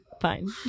fine